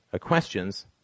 questions